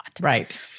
Right